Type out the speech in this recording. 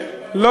היה שותף למהלך.